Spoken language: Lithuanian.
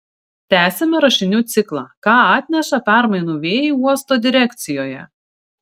tęsiame rašinių ciklą ką atneša permainų vėjai uosto direkcijoje